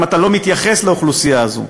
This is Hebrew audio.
אם אתה לא מתייחס לאוכלוסייה הזאת,